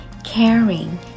caring